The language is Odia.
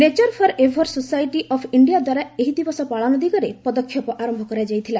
nature forever society of India ଦ୍ୱାରା ଏହି ଦିବସ ପାଳନ ଦିଗରେ ପଦକ୍ଷେପ ଆରମ୍ଭ କରାଯାଇଥିଲା